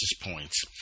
points